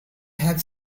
have